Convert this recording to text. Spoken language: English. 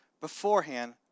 beforehand